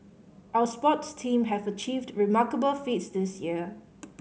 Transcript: our sports teams have achieved remarkable feats this year